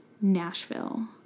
Nashville